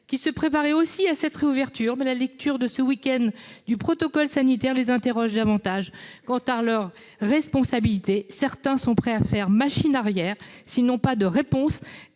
se préparaient aussi à cette réouverture. Mais la lecture ce week-end du protocole sanitaire les interroge davantage quant à leur responsabilité. Certains sont prêts à faire machine arrière s'ils n'ont pas de réponse